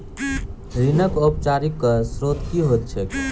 ऋणक औपचारिक स्त्रोत की होइत छैक?